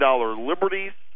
liberties